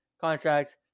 contracts